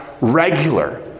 regular